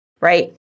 right